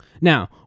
Now